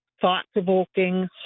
thought-provoking